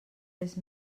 les